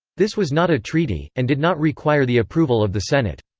this was not a treaty, and did not require the approval of the senate.